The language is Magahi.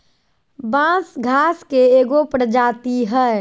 बांस घास के एगो प्रजाती हइ